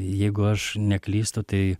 jeigu aš neklystu tai